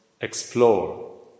explore